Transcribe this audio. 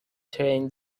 train